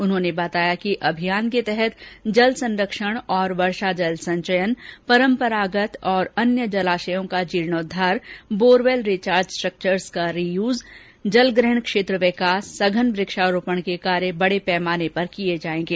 उन्होंने बताया कि अभियान के तहत जल संरक्षण और वर्षा जल संचयन परम्परागत और अन्य जलाशयों का जीर्णोद्वार बोरवेल रिचार्ज स्ट्रक्वर्स का रियुज जलग्रहण क्षेत्र विकास सधन वक्षारोपण के कार्य बड़े पैमाने पर किये जायेंगे